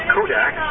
Kodak